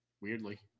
Weirdly